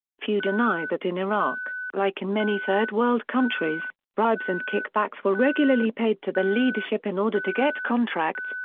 few deny that in iraq, like in many third-world countries, bribes and kickbacks were regularly paid to the leadership in order to get contracts,